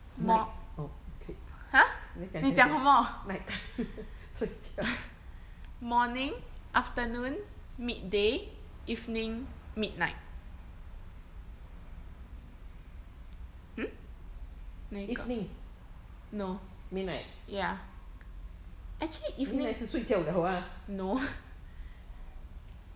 mor~ !huh! 你讲什么 morning afternoon midday evening midnight hmm 哪一个 no ya actually evening no